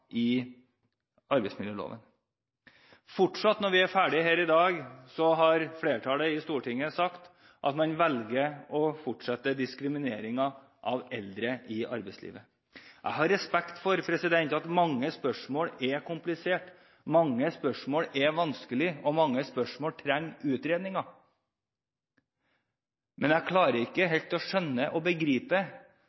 i arbeidsmiljøloven. Når vi er ferdige her i dag, har flertallet i Stortinget sagt at man velger å fortsette diskrimineringen av eldre i arbeidslivet. Jeg har respekt for at mange spørsmål er kompliserte, vanskelige og trenger utredninger. Men jeg klarer ikke